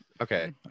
Okay